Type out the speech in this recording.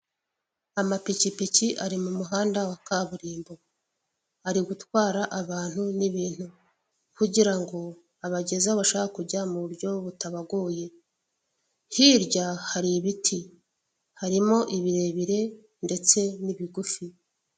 Amapikipiki ari mu muhanda wa kaburimbo ari gutwara abantu n'ibintu kugira ngo abageze aho bashaka kujya mu buryo butabagoye. Hirya hari ibiti harimo ibirebire ndetse n'ibigufi.